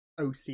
OC